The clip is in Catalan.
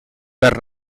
per